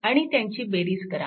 आणि त्यांची बेरीज करा